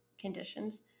conditions